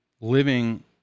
living